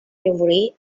memory